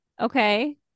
Okay